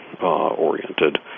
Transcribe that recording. oriented